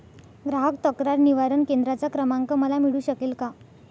ग्राहक तक्रार निवारण केंद्राचा क्रमांक मला मिळू शकेल का?